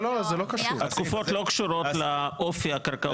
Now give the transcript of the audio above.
התקופות לא קשורות לאופי הקרקעות שנתפסו.